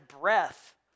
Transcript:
breath